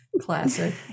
Classic